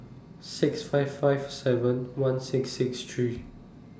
six five five seven one six six three